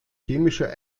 chemische